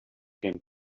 can